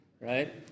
right